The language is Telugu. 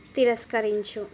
తిరస్కరించు